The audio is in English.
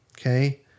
Okay